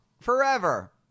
Forever